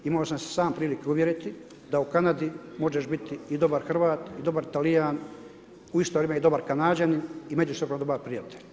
Imao sam sam priliku uvjerit, da u Kanadi možeš biti i dobar Hrvat i dobar Talijan u isto vrijeme i dobar Kanađanin i međusobno dobar prijatelj.